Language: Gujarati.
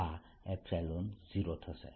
આ 0 થશે